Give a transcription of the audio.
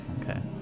Okay